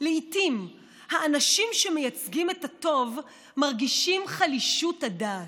לעיתים האנשים שמייצגים את הטוב מרגישים חלישות הדעת.